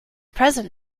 present